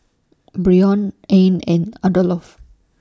Brion Anne and Adolph